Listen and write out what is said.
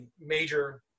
major